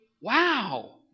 wow